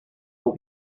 will